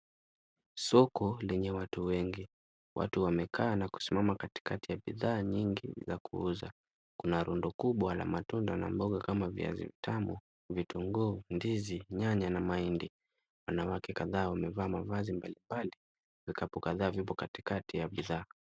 Soko lenye watu wengi, watu wamekaa na kusimama katikati ya bidhaa nyingi za kuuza kuna rundo kubwa la matunda na mboga kama viazi tamu, vitunguu, ndizi, nyanya na mahindi anauhakika amevaa mavazi mbali mbali, vikapu kadhaa zipo katikati ya bidhaa.